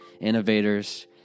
innovators